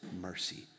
mercy